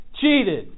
cheated